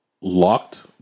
locked